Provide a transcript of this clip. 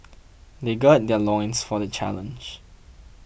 they gird their loins for the challenge